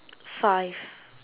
five